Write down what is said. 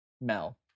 Mel